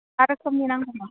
मा रोखोमनि नांगौमोन